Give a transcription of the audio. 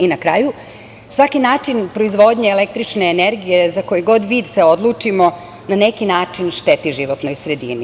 I na kraju, svaki način proizvodnje električne energije, za koji god vid se odlučimo, na neki način šteti životnoj sredini.